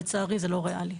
לצערי זה לא ריאלי.